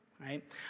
right